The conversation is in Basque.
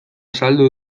azaldu